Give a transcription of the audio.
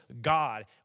God